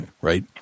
right